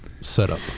setup